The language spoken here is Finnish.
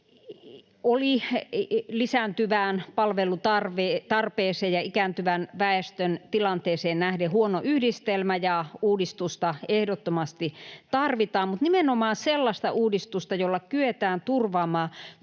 oli lisääntyvään palvelutarpeeseen ja ikääntyvän väestön tilanteeseen nähden huono yhdistelmä ja uudistusta ehdottomasti tarvitaan, mutta nimenomaan sellaista uudistusta, jolla kyetään turvaamaan tulevaisuuden